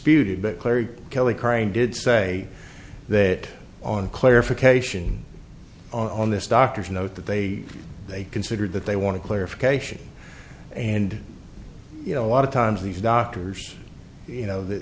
disputed but clearly kelly crane did say that on clarification on this doctor's note that they they considered that they want to clarification and you know a lot of times these doctors you know the